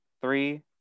Three